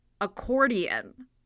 accordion